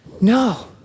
No